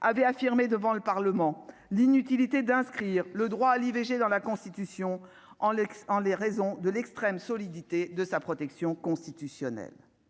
avait affirmé devant le Parlement l'inutilité d'inscrire le droit à l'IVG dans la Constitution en l'ex-en les raisons de l'extrême solidité de sa protection constitutionnelle